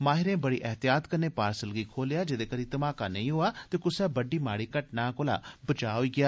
माहिरे बड़ी एहतियत कन्नै पार्सल गी खोलेआ जेदे करी घमाका नेई होआ ते कुसै बड़्डी माड़ी घटना कोला बचाव होई गेआ